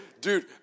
Dude